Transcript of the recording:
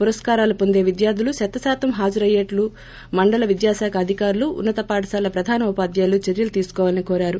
పురస్కారాలు వొందే విద్యార్లు శతశాతం హాజరు అయ్యేటట్లు మండల విద్యాశాఖ అధికారులుఉన్నత పాఠశాల ప్రధానోపాధ్యాయులు చర్యలు తీసుకోవాలని కొరారు